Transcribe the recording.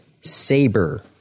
Saber